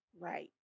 Right